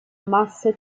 masse